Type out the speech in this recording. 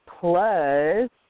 plus